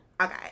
Okay